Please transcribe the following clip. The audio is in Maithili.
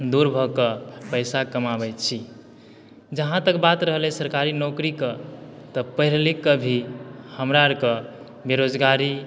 दूर भऽ कऽ पैसा कमाबै छी जहाँ तक बात रहले सरकारी नौकरीके तऽ पढ़ि लिखके भी हमरा आरके बेरोजगारी